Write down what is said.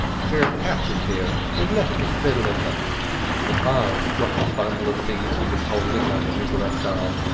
sure, captain dear, i've left me fiddle in the le farge dropped the bundle of things he was holding under his left arm,